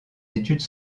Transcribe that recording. études